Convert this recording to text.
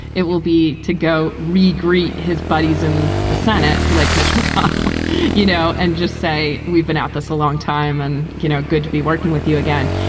it will be to go re greet his buddies in the senate like mitch mcconnell you know and just say we've been out this a long time and you know good to be working with you again.